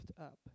up